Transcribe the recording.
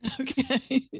Okay